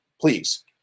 please